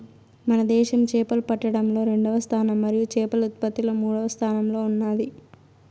మన దేశం చేపలు పట్టడంలో రెండవ స్థానం మరియు చేపల ఉత్పత్తిలో మూడవ స్థానంలో ఉన్నాది